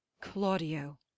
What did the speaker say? Claudio